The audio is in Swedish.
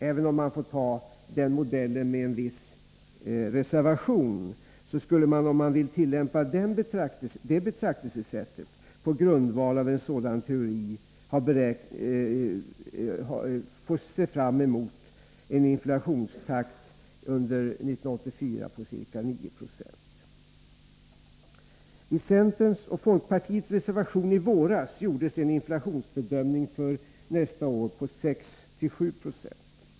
Även om man får ta den modellen med en viss reservation skulle man — om man vill tillämpa det betraktelsesättet — få se fram emot en inflationstakt under 1984 på ca 9 96. I centerns och folkpartiets reservation i våras gjordes en inflationsbedömning för nästa år på 6-7 90.